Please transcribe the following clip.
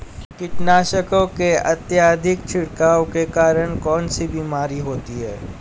कीटनाशकों के अत्यधिक छिड़काव के कारण कौन सी बीमारी होती है?